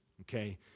okay